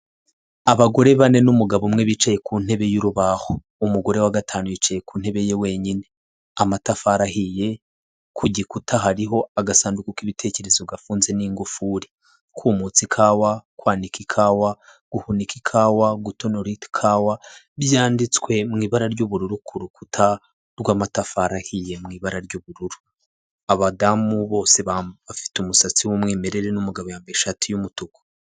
Abagore bane n'umugabo umwe bicaye ku ntebe y'urubaho umugore wa gatanu yicaye ku ntebe ye wenyine, amatafari ahiye ku gikuta hariho agasanduku k'ibitekerezo gafunze n'ingufuri, kumutsa ikawa, kwanika ikawa, guhunika ikawa, gutonora ikawa byanditswe mu ibara ry'ubururu ku rukuta rw'amatafari ahiye mu ibara ry'ubururu, abadamu bose bafite umusatsi w'umwimerere n'umugabo yambaye ishati y'umutuku.